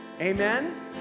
Amen